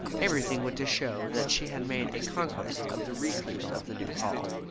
everything went to show that she had made a conquest of the recluse of the new hall.